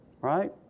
right